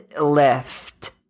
left